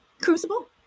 Crucible